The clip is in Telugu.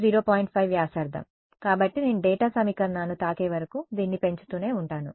5 వ్యాసార్థం కాబట్టి నేను డేటా సమీకరణాన్ని తాకే వరకు దీన్ని పెంచుతూనే ఉంటాను